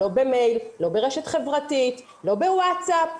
לא במייל, לא ברשת חברתית, לא בוואטסאפ.